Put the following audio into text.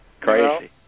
Crazy